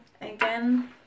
again